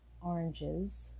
oranges